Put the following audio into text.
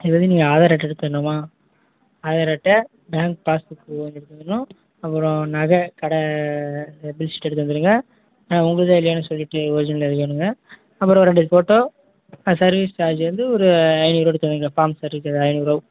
இது வந்து நீங்கள் ஆதார் அட்டை எடுத்துகிட்டு வரணுமா ஆதார் அட்டை பேங்க் பாஸ்புக்கு எடுத்துகிட்டு வந்துடணும் அப்புறம் நகை கடன் பில்ஸ் எடுத்துகிட்டு வந்துடுங்க உங்கள்தா இல்லையான்னு சொல்லிட்டு ஒரிஜினலு அப்புறம் ரெண்டு ஃபோட்டோ சர்வீஸ் சார்ஜு வந்து ஒரு ஐநூறுபா எடுத்து வையுங்க ஃபார்ம் சர்வீஸு ஒரு ஐநூறுபா